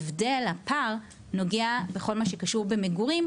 הפער נוגע בכל מה שקשור במגורים,